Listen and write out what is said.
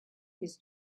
his